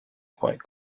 fight